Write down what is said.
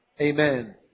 Amen